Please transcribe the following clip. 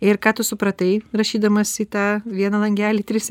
ir ką tu supratai rašydamas į tą vieną langelį tris